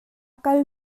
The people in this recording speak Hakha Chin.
kal